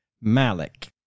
Malik